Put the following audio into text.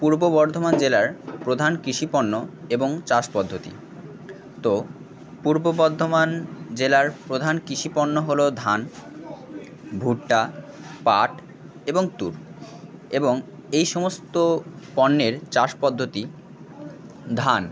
পূর্ব বর্ধমান জেলার প্রধান কৃষিপণ্য এবং চাষ পদ্ধতি তো পূর্ব বর্ধমান জেলার প্রধান কৃষিপণ্য হল ধান ভুট্টা পাট এবং তুর এবং এই সমস্ত পণ্যের চাষ পদ্ধতি ধান